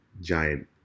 giant